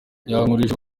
yankurije